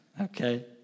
okay